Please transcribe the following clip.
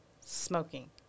smoking